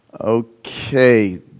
Okay